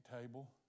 table